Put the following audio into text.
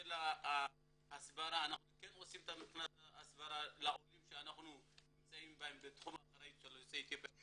הסברה אנחנו עושים לעולים שנמצאים בתחום האחריות של יוצאי אתיופיה,